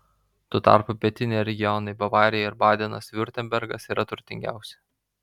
tuo tarpu pietiniai regionai bavarija ir badenas viurtembergas yra turtingiausi